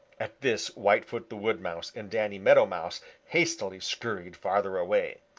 at this whitefoot the wood mouse and danny meadow mouse hastily scurried farther away,